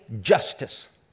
justice